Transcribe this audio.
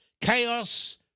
Chaos